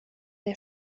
der